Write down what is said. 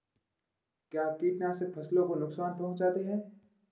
क्या कीटनाशक फसलों को नुकसान पहुँचाते हैं?